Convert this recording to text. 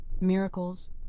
miracles